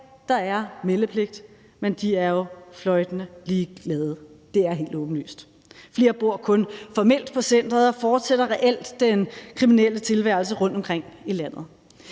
der er meldepligt, men det er helt åbenlyst, at de jo er fløjtende ligeglade. Flere bor kun formelt på centeret og fortsætter reelt den kriminelle tilværelse rundtomkring i landet.